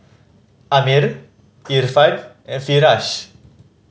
Ammir Irfan and Firash